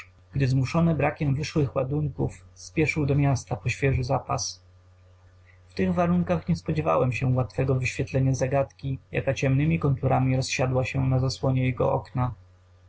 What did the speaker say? zmuszony brakiem wyszłych ładunków spieszył do miasta po świeży zapas w tych warunkach nie spodziewałem się łatwego wyświetlenia zagadki jaka ciemnymi konturami rozsiadła się na zasłonie jego okna